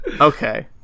Okay